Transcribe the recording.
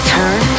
Turn